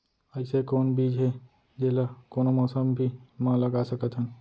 अइसे कौन बीज हे, जेला कोनो मौसम भी मा लगा सकत हन?